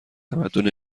تمدن